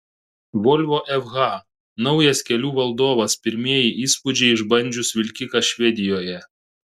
volvo fh naujas kelių valdovas pirmieji įspūdžiai išbandžius vilkiką švedijoje